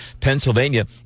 Pennsylvania